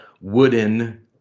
wooden